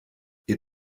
ihr